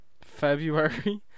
February